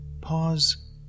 pause